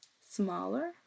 Smaller